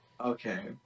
okay